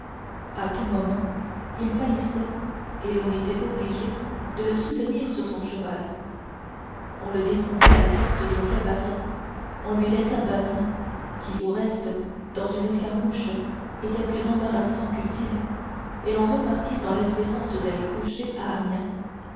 à tout moment il pâlissait et l'on était obligé de le soutenir sur son cheval on le descendit à la porte d'un cabaret on lui laissa bazin qui au reste dans une escarmouche était plus embarrassant qu'utile et l'on repartit dans l'espérance d'aller coucher à amiens